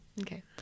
Okay